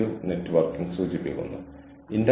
വിവരങ്ങൾ ആഴത്തിൽ നിന്നെടുക്കാൻ എനിക്ക് കഴിയണം